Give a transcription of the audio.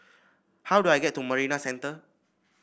how do I get to Marina Centre